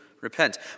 repent